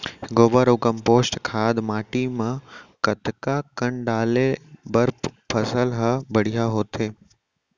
गोबर अऊ कम्पोस्ट खाद माटी म कतका कन डाले बर फसल ह बढ़िया होथे?